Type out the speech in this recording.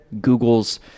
Google's